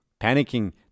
Panicking